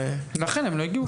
לכן הם לא הגיעו.